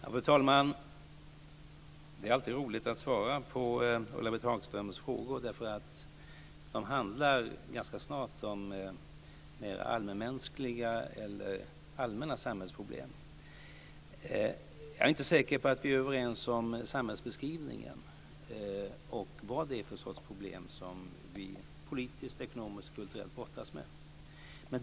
Fru talman! Det är alltid roligt att svara på Ulla Britt Hagströms frågor. De handlar nämligen ganska snart om mera allmänmänskliga problem eller allmänna samhällsproblem. Jag är inte säker på att vi är överens om samhällsbeskrivningen och om vad det är för sorts problem som vi politiskt, ekonomiskt och kulturellt brottas med.